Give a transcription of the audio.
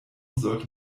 sollte